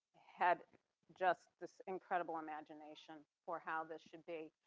had just this incredible imagination for how this should be.